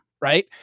Right